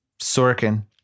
Sorkin